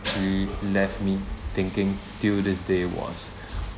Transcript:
actually left me thinking till this day was